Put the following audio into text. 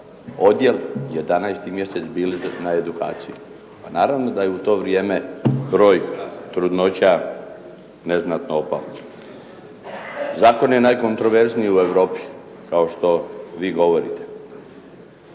odjel, 11. mjesec bili su na edukaciji. Pa naravno da je u to vrijeme broj trudnoća neznatno opao. Zakon je najkontroverzniji u Europi, kao što vi govorite.